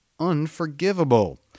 unforgivable